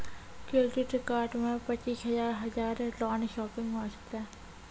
Credit card मे पचीस हजार हजार लोन शॉपिंग वस्ते?